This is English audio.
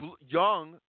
young